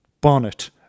bonnet